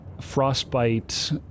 Frostbite